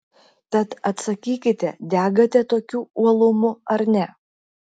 tad atsakykite degate tokiu uolumu ar ne